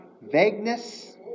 vagueness